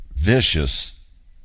vicious